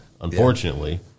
unfortunately